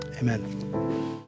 Amen